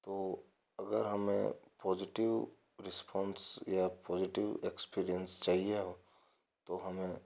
तो अगर हमें पॉज़िटिव रेस्पॉन्स या पॉज़िटिव एक्सपीरियंस चाहिए हो तो हमें